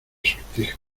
sortijas